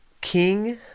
king